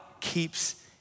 keeps